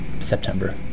September